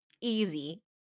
Easy